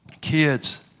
kids